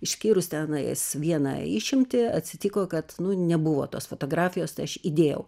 išskyrus tenais vieną išimtį atsitiko kad nebuvo tos fotografijos tai aš įdėjau